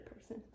person